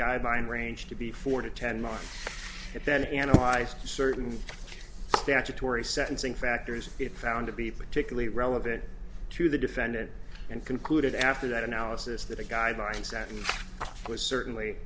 guideline range to be four to ten months if then analyze certain statutory sentencing factors if found to be particularly relevant to the defendant and concluded after that analysis that the guidelines that was certainly